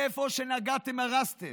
איפה שנגעתם, הרסתם,